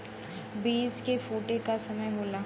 बीज के फूटे क समय होला